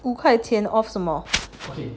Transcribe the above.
五块钱 off 什么